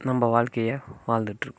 நம்ம வாழ்க்கையை வாழ்ந்துகிட்டு இருக்கோம்